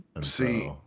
See